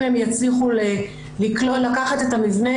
אם הם יצליחו לקחת את המבנה,